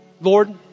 Lord